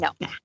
no